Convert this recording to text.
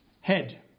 head